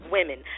Women